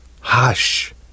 Hush